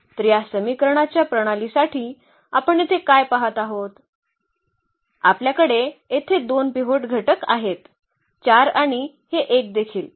तर या समीकरणाच्या प्रणालीसाठी आपण येथे काय पाहत आहोत आपल्याकडे येथे 2 पिव्होट घटक आहेत 4 आणि हे 1 देखील